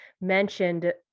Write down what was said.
mentioned